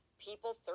People